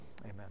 Amen